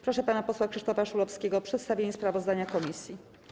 Proszę pana posła Krzysztofa Szulowskiego o przedstawienie sprawozdania komisji.